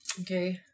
Okay